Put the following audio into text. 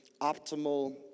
optimal